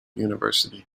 university